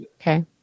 Okay